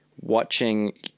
watching